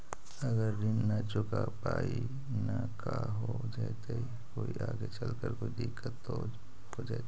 अगर ऋण न चुका पाई न का हो जयती, कोई आगे चलकर कोई दिलत हो जयती?